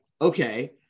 okay